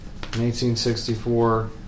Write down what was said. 1864